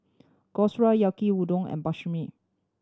Gyros Yaki Udon and Monsunabe